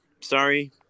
Sorry